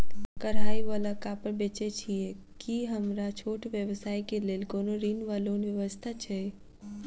कढ़ाई वला कापड़ बेचै छीयै की हमरा छोट व्यवसाय केँ लेल कोनो ऋण वा लोन व्यवस्था छै?